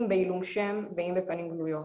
אם בעילום שם ואם בפנים גלויות,